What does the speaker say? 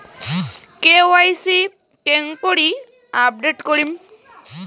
KYC কেঙ্গকরি update করিম?